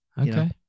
Okay